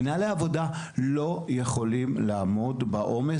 מנהלי העבודה לא יכולים לעמוד בעומס